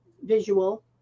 visual